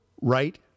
right